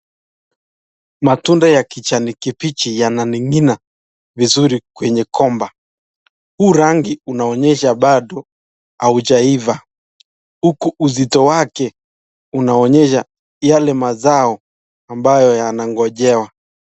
Matunda ya kijani kibichi yananing'ina vizuri kwenye gomba, huu rangi unaonyesha bado haujaiva huku uzito wake unaonyesha yale mazao ambayo yanangojewa.